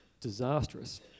disastrous